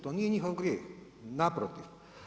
To nije njihov grijeh, naprotiv.